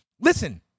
Listen